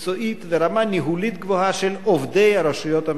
ורמה ניהולית גבוהה של עובדי הרשויות המקומיות.